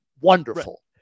wonderful